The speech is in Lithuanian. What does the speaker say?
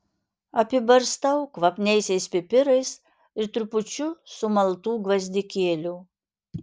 apibarstau kvapniaisiais pipirais ir trupučiu sumaltų gvazdikėlių